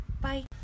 bye